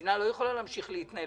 כדי להתחייב